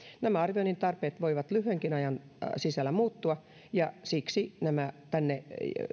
nämä arvioinnin tarpeet voivat lyhyenkin ajan sisällä muuttua ja siksi tänne